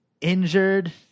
injured